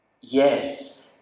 yes